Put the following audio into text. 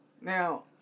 Now